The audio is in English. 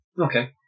Okay